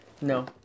No